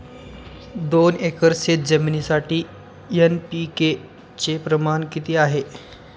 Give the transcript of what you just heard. दोन एकर शेतजमिनीसाठी एन.पी.के चे प्रमाण किती आहे?